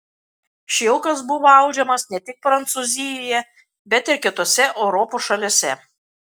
šilkas buvo audžiamas ne tik prancūzijoje bet ir kitose europos šalyse